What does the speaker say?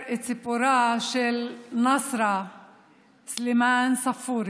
של נאסרה סלימאן ספורי,